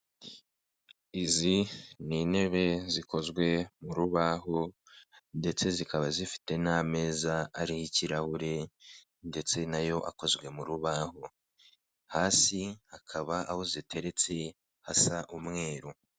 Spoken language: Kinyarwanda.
Izi ni intebe zikozwe mu rubaho ndetse zikaba zifite n'ameza ariho ikirahure ndetse nayo akozwe mu rubaho, hasi hakaba aho ziteretse hasa umweru.